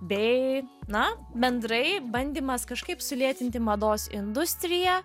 bei na bendrai bandymas kažkaip sulėtinti mados industriją